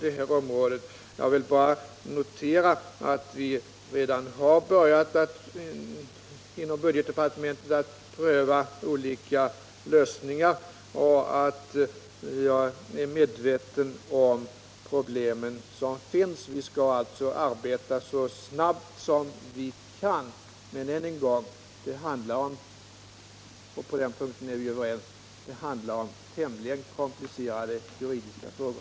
Inom budgetdepartementet har vi börjat att pröva olika lösningar, och jag är som sagt medveten om problemen. Vi skall arbeta så snabbt vi kan, men än en gång: Det handlar om — och på den punkten är vi överens —- tämligen komplicerade juridiska frågor.